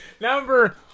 Number